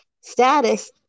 status